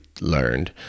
learned